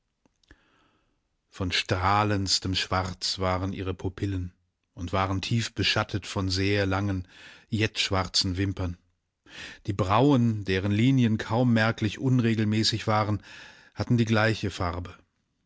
von strahlendstem schwarz waren ihre pupillen und waren tief beschattet von sehr langen jettschwarzen wimpern die brauen deren linien kaum merklich unregelmäßig waren hatten die gleiche farbe